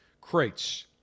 crates